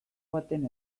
baten